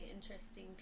interesting